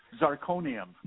zirconium